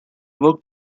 worked